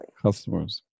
customers